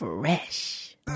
fresh